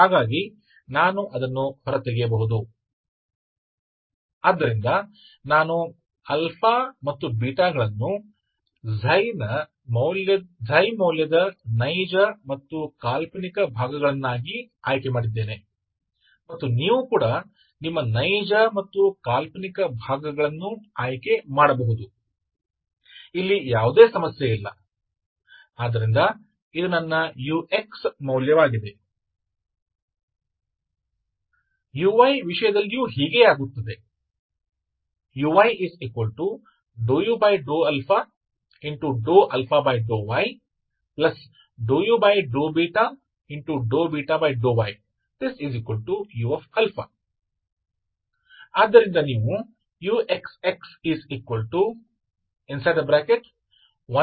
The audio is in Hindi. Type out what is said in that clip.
तो आप ठीक चुन सकते हैं मैंने अल्फा बीटा को वास्तविक और काल्पनिक भागों के रूप में चुना है आप वास्तविक और काल्पनिक भागों को भी चुन सकते हैंकोई समस्या नहीं है ठीक है इसलिए आप चुन सकते हैं इसलिए यह मेरा ux है